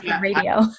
radio